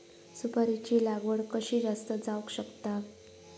सुपारीची लागवड कशी जास्त जावक शकता?